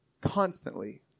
constantly